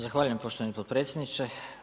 Zahvaljujem poštovani potpredsjedniče.